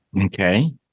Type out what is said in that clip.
Okay